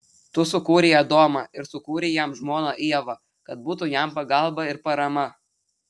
tu sukūrei adomą ir sukūrei jam žmoną ievą kad būtų jam pagalba ir parama